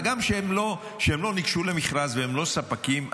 הגם שהם לא ניגשו למכרז והם לא ספקים,